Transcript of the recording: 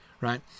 right